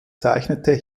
zeichnete